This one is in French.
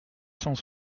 cent